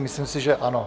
Myslím si, že ano.